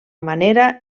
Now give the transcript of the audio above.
manera